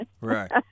right